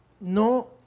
no